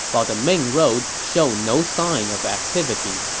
while the main road showed no sign of activity.